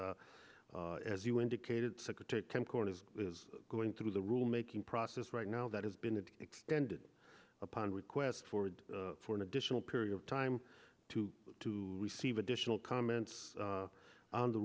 as you indicated secretary tim korn is going through the rule making process right now that has been extended upon request forward for an additional period of time to to receive additional comments on the